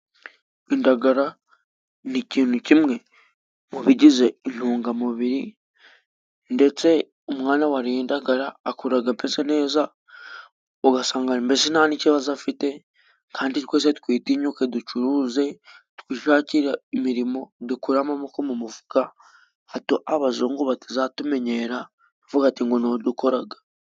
Indagara ni ikintu kimwe mu bigize intungamubiri, ndetse umwana wariye indagara akuraga ameze neza, ugasanga mbese nta n'ikibazo afite. Kandi twese twitinyuke ducuruze, twishakire imirimo, dukure amaboko mu mufuka, hato abazungu batazatumenyera bavuga ati ntago dukoraga.